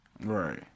Right